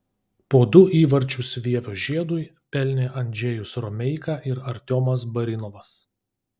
po du įvarčius vievio žiedui pelnė andžejus romeika ir artiomas barinovas